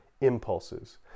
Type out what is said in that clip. impulses